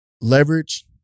leverage